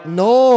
no